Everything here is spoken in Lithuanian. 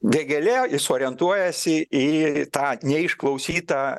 vėgėlė jis orientuojasi į tą neišklausytą